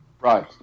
Right